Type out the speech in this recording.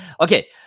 Okay